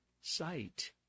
sight